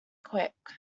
quick